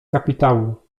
kapitału